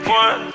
one